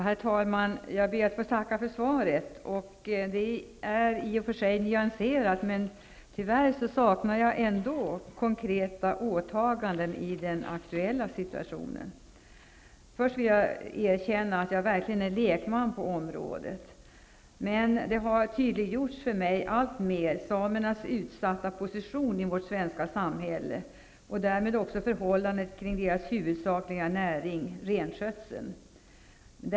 Herr talman! Jag ber att få tacka för svaret. Det är i och för sig nyanserat, men tyvärr saknar jag ändå konkreta åtaganden i den aktuella situationen. Först vill jag erkänna att jag verkligen är lekman på området. Men det har tydliggjorts för mig alltmer hur utsatt samernas position är i vårt svenska samhälle och därmed också förhållandet kring deras huvudsakliga näring, renskötseln.